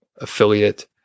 affiliate